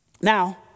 Now